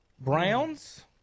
Browns